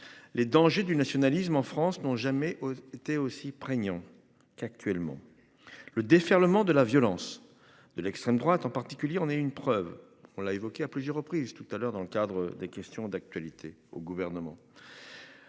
Les dangers du nationalisme en France n'ont jamais été aussi prégnant qu'actuellement. Le déferlement de la violence de l'extrême droite en particulier. On est une preuve, on l'a évoqué à plusieurs reprises tout à l'heure dans le cadre des questions d'actualité au gouvernement.